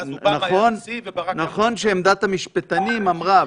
--- נכון שעמדת המשפטנים אמרה,